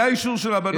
היה אישור של הרבנות,